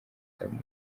adamu